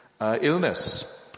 illness